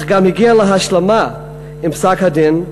אך גם הגיע להשלמה עם פסק-הדין,